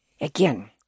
Again